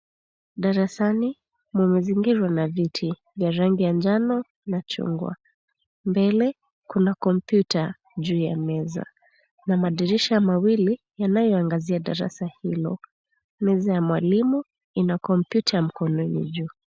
Darasani mmezingirwa na viti vya rangi ya njano na chungwa. Mbele kuna kompyuta juu ya meza na madirisha mawili yanayoangazia darasa hilo. Meza ya mwalimu ina kompyuta mkononi juu .